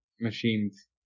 machines